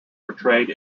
portrayed